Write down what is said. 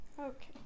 Okay